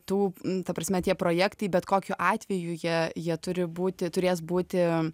tų nu ta prasme tie projektai bet kokiu atveju jie jie turi būti turės būti